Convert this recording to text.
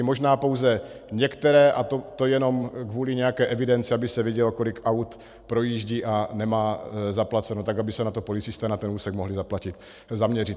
Možná pouze některé, a to jenom kvůli nějaké evidenci, aby se vědělo, kolik aut projíždí a nemá zaplaceno, tak aby se na to policisté na ten úsek mohli zaměřit.